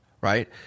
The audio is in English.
right